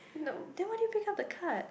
no then why did you pick up the card